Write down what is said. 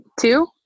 two